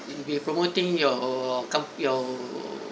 I will be promoting your com~ your